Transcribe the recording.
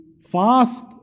fast